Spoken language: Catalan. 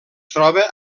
troba